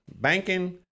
banking